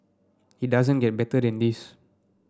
it doesn't get better than this